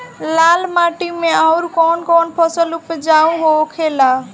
लाल माटी मे आउर कौन कौन फसल उपजाऊ होखे ला?